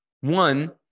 One